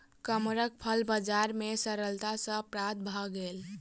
कमरख फल बजार में सरलता सॅ प्राप्त भअ गेल